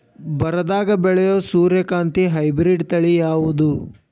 ಬರದಾಗ ಬೆಳೆಯೋ ಸೂರ್ಯಕಾಂತಿ ಹೈಬ್ರಿಡ್ ತಳಿ ಯಾವುದು?